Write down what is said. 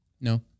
No